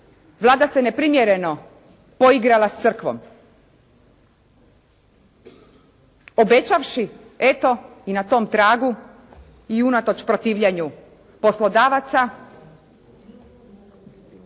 Vlada se neprimjereno poigrala s crkvom obećavši eto i na tom tragu i unatoč protivljenju poslodavaca